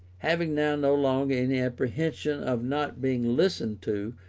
having now no longer any apprehension of not being listened to,